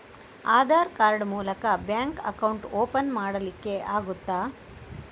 Aadhaar card ಮೂಲಕ bank account open ಮಾಡಲಿಕ್ಕೆ ಆಗುತಾ?